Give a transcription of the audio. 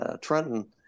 Trenton